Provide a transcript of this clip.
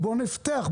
בוא נפתח,